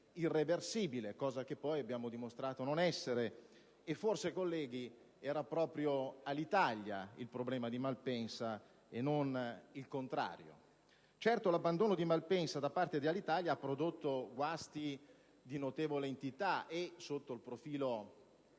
irreversibile, cosa che poi abbiamo dimostrato non essere. Forse, colleghi, era proprio Alitalia il problema di Malpensa, e non il contrario! Certo, l'abbandono di Malpensa da parte di Alitalia ha prodotto guasti di notevole entità, sotto il profilo